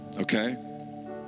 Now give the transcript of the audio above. okay